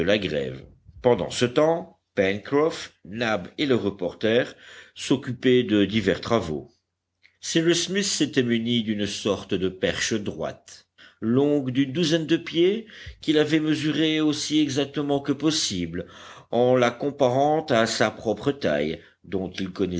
la grève pendant ce temps pencroff nab et le reporter s'occupaient de divers travaux cyrus smith s'était muni d'une sorte de perche droite longue d'une douzaine de pieds qu'il avait mesurée aussi exactement que possible en la comparant à sa propre taille dont il